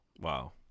Wow